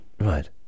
Right